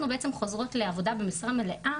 אנחנו בעצם חוזרות לעבודה במשרה מלאה